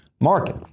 market